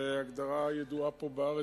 זה הגדרה ידועה פה בארץ,